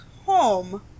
home